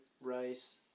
rice